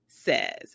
says